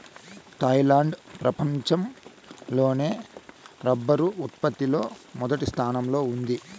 Thailand ప్రపంచం లోనే rubber ఉత్పత్తి లో మొదటి స్థానంలో ఉంది